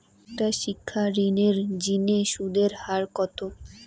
একটা শিক্ষা ঋণের জিনে সুদের হার কত?